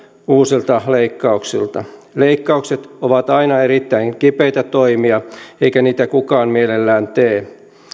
uusilta leikkauksilta leikkaukset ovat aina erittäin kipeitä toimia eikä niitä kukaan mielellään tee